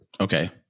Okay